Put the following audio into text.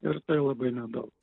ir tai labai nedaug